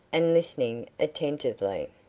and listening attentively.